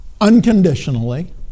unconditionally